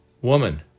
Woman